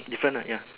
different ah ya